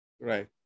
Right